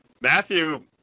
Matthew